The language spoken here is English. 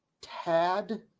Tad